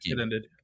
ended